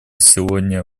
сегодня